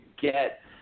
get